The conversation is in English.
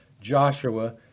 Joshua